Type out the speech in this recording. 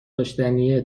داشتنیه